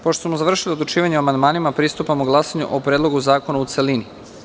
Pošto smo završili odlučivanje o amandmanima, pristupamo glasanju o Predlogu zakona u celini.